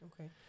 Okay